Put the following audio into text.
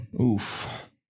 Oof